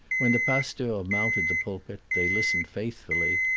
when the pasteur mounted the pulpit they listened faithfully,